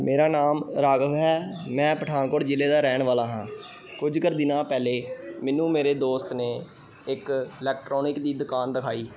ਮੇਰਾ ਨਾਮ ਰਾਘਵ ਹੈ ਮੈਂ ਪਠਾਨਕੋਟ ਜ਼ਿਲ੍ਹੇ ਦਾ ਰਹਿਣ ਵਾਲਾ ਹਾਂ ਕੁਝ ਕਰ ਦਿਨਾਂ ਪਹਿਲੇ ਮੈਨੂੰ ਮੇਰੇ ਦੋਸਤ ਨੇ ਇੱਕ ਇਲੈਕਟਰੋਨਿਕ ਦੀ ਦੁਕਾਨ ਦਿਖਾਈ